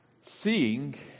Seeing